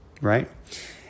Right